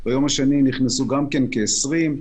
ביום השני נכנסו כ-20.